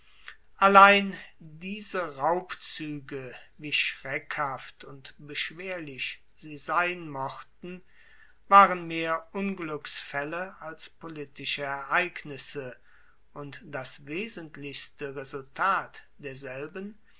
allein diese raubzuege wie schreckhaft und beschwerlich sie sein mochten waren mehr ungluecksfaelle als politische ereignisse und das wesentlichste resultat derselben